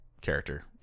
character